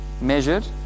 measured